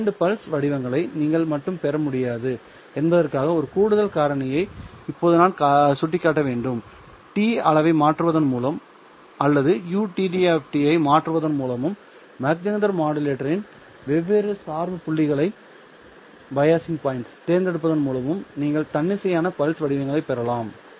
இந்த பல்ஸ் வடிவங்களை நீங்கள் மட்டும் பெற முடியாது என்பதற்கான ஒரு கூடுதல் காரணியை இப்போது நான் சுட்டிக்காட்ட வேண்டும் t அளவை மாற்றுவதன் மூலம் அல்லது ud ஐ மாற்றுவதன் மூலமும் மாக் ஜெஹெண்டர் மாடுலேட்டரின் வெவ்வேறு சார்பு புள்ளிகளைத் தேர்ந்தெடுப்பதன் மூலமும் நீங்கள் தன்னிச்சையான பல்ஸ் வடிவங்களைப் பெறலாம்